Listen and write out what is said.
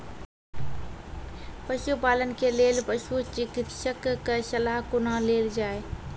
पशुपालन के लेल पशुचिकित्शक कऽ सलाह कुना लेल जाय?